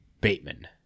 Bateman